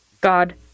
God